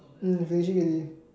mm finishing already